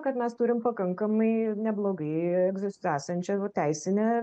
kad mes turim pakankamai neblogai egzist esančią va teisinę